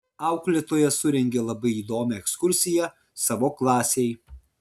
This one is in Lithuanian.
auklėtoja surengė labai įdomią ekskursiją savo klasei